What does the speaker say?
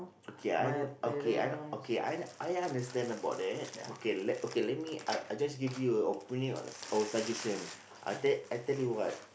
okay I'm okay I okay I I understand about that okay let okay let me I I just give you a opening or a suggestion I tell I tell you what